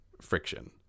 friction